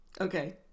Okay